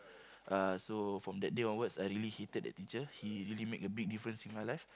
uh so from that day onwards I really hated that teacher he really made a big difference in my life